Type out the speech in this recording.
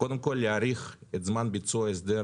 קודם כל להאריך את זמן ביצוע ההסדר,